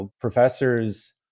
professors